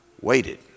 waited